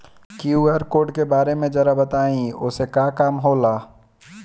QR code के बारे में जरा बताई वो से का काम होला?